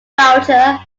boucher